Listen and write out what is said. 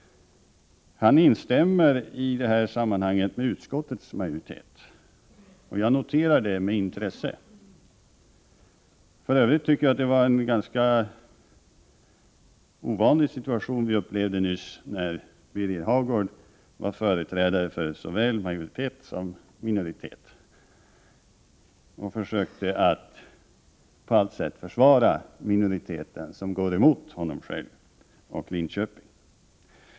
Han instämmer i detta sammanhang med utskottets majoritet. Jag noterar det med intresse. För övrigt tycker jag att det var en ganska ovanlig situation vi upplevde nyss, när Birger Hagård var företrädare för såväl majoritet som minoritet och försökte att på allt sätt försvara minoriteten, som går emot honom själv och Linköping.